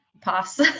Pass